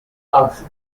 aksi